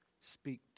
Speak